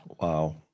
Wow